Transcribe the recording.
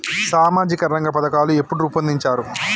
సామాజిక రంగ పథకాలు ఎప్పుడు రూపొందించారు?